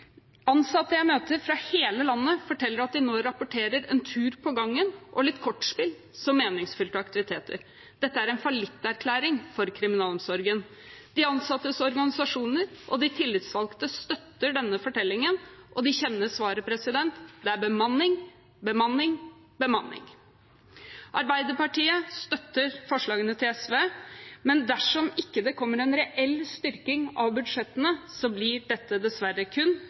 Ansatte jeg møter fra hele landet, forteller at de nå rapporterer en tur på gangen og litt kortspill som meningsfylte aktiviteter. Dette er en fallitterklæring for kriminalomsorgen. De ansattes organisasjoner og de tillitsvalgte støtter denne fortellingen, og de kjenner svaret: Det er bemanning, bemanning, bemanning. Arbeiderpartiet støtter forslagene fra SV, men dersom det ikke kommer en reell styrking av budsjettene, blir dette dessverre kun